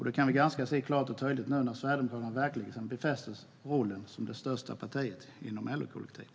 Det kan vi se ganska klart och tydligt nu när Sverigedemokraterna verkligen befäster rollen som det största partiet inom LO-kollektivet.